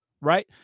Right